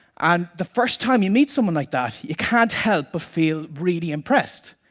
and the first time you meet someone like that, you can't help but feel really impressed.